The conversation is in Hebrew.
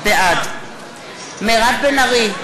בעד מירב בן ארי,